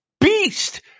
beast